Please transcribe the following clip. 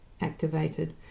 activated